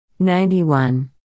91